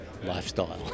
Lifestyle